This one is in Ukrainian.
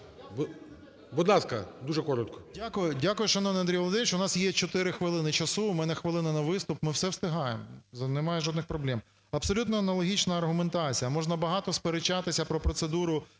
Дякую, шановний Андрій Володимирович. У нас є 4 хвилини часу, у мене хвилина на виступ, ми все встигаємо, немає жодних проблем. Абсолютно аналогічна аргументація, можна багато сперечатися про процедуру